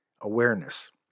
Awareness